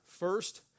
First